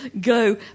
go